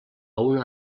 una